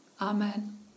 Amen